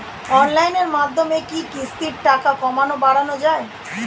অনলাইনের মাধ্যমে কি কিস্তির টাকা কমানো বাড়ানো যায়?